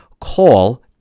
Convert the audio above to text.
call